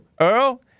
Earl